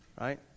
Right